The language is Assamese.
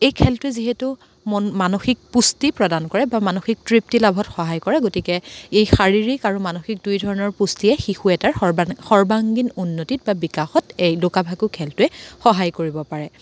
এই খেলটোৱে যিহেতু মন মানসিক পুষ্টি প্ৰদান কৰে বা মানসিক তৃপ্তি লাভত সহায় কৰে গতিকে এই শাৰীৰিক আৰু মানসিক দুই ধৰণৰ পুষ্টিয়ে শিশু এটাৰ সৰ্বান সৰ্বাংগীন উন্নতিত বা বিকাশত এই লুকা ভাকু খেলটোৱে সহায় কৰিব পাৰে